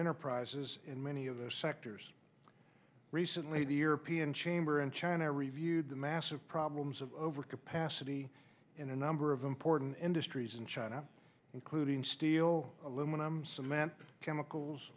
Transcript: enterprises in many of the sectors recently the european chamber and china reviewed the massive problems of overcapacity in a number of important industries in china including steel aluminum cement chemicals